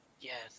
Yes